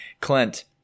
Clint